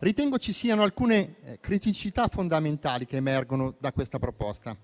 Ritengo ci siano alcune criticità fondamentali che emergono da questa proposta,